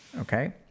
Okay